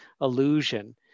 illusion